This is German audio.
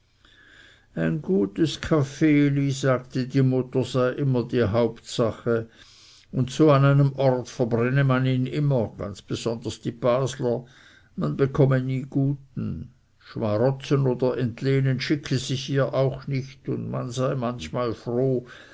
ein gutes kaffeeli sagte die mutter sei immer die hauptsache und so an einem ort verbrenne man ihn immer ganz besonders die basler man bekomme nie guten schmarotzen oder entlehnen schicke sich ihr auch nicht und man sei manchmal froh